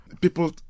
people